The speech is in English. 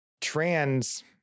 trans